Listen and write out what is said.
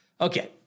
Okay